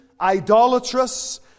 idolatrous